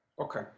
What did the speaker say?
okay